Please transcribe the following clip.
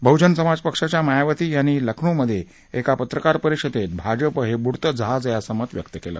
बहुजन समाज पक्षाच्या मायावती यांनी लखनऊ मधे एका पत्रकार परिषदेत भाजप हे बूडतं जहाज आहे असं मत व्यक्त केलं